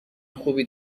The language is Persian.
خوبی